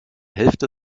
hälfte